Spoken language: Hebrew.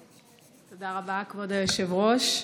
תודה רבה, כבוד היושב-ראש.